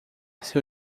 seu